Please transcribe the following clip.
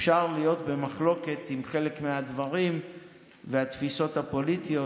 אפשר להיות במחלוקת עם חלק מהדברים והתפיסות הפוליטיות,